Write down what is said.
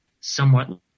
somewhat